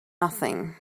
nothing